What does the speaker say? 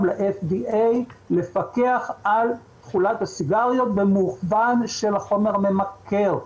ל-FDA לפקח על תכולת הסיגריות במובן של החומר הממכר.